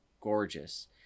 gorgeous